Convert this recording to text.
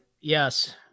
Yes